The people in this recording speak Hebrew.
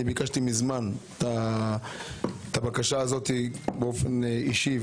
אני ביקשתי מזמן את הבקשה הזו באופן אישי,